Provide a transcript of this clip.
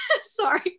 Sorry